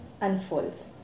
unfolds